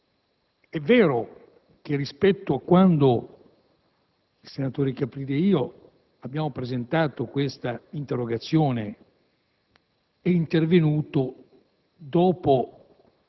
è vero che rispetto a quando il senatore Caprili ed io abbiamo presentato questa interrogazione è intervenuto nel